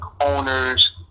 owners